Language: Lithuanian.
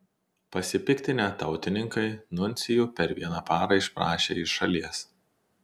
pasipiktinę tautininkai nuncijų per vieną parą išprašė iš šalies